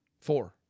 Four